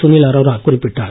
சுனில் அரோரா குறிப்பிட்டார்